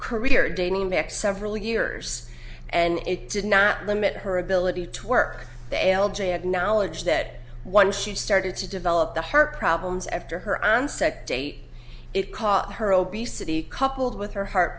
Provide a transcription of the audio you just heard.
career dating back several years and it did not limit her ability to work the l j acknowledge that once she started to develop the heart problems after her onset date it caught her obesity coupled with her heart